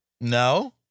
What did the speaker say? No